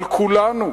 על כולנו,